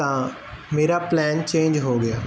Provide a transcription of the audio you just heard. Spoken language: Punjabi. ਤਾਂ ਮੇਰਾ ਪਲੈਨ ਚੇਂਜ ਹੋ ਗਿਆ